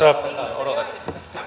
arvoisa puhemies